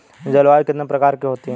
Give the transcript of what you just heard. जलवायु कितने प्रकार की होती हैं?